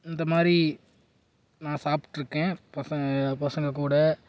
இந்த மாதிரி நான் சாப்பிட்ருக்கேன் பசங்கள் பசங்கள் கூட